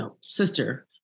sister